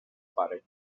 pare